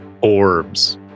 Orbs